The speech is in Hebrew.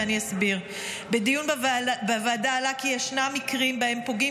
ואני אסביר: בדיון בוועדה עלה כי ישנם מקרים שבהם פוגעים